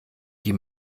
die